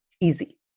easy